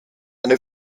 eine